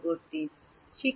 পরবর্তী হবে